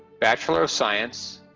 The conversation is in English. bachelor of science,